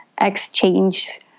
exchange